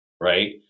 right